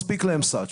מספיק להם such.